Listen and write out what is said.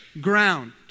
ground